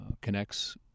connects